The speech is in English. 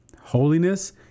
Holiness